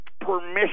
permission